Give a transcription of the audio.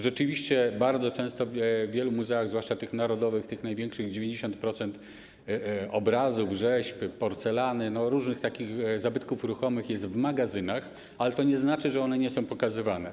Rzeczywiście bardzo często w wielu muzeach, zwłaszcza narodowych, tych największych, 90% obrazów, rzeźb, porcelany, różnych zabytków ruchomych jest w magazynach, ale to nie znaczy, że one nie są pokazywane.